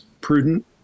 prudent